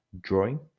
drawing